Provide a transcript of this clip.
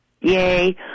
Yay